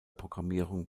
programmierung